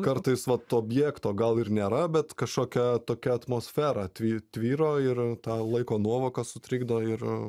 kartais vat objekto gal ir nėra bet kažkokia tokia atmosfera tvy tvyro ir tą laiko nuovoką sutrikdo ir